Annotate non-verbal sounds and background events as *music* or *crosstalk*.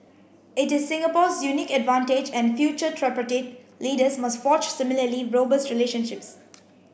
it is Singapore's unique advantage and future *unintelligible* leaders must forge similarly robust relationships